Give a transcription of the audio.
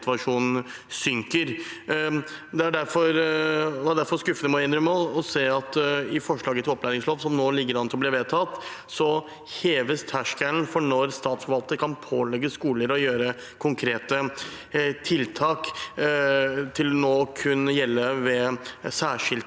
Det var derfor skuffende å se at i forslaget til ny opplæringslov – som nå ligger an til å bli vedtatt – heves terskelen for når Statsforvalteren kan pålegge skoler å gjøre konkrete tiltak, til kun å gjelde ved særskilte